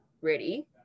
ready